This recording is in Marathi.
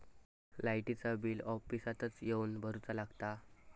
लाईटाचा बिल ऑफिसातच येवन भरुचा लागता?